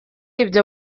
ibyo